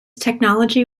technology